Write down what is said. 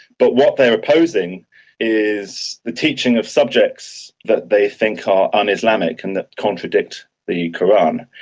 but what they are opposing is the teaching of subjects that they think are un-islamic and that contradict the qur'an.